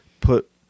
put